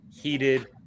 heated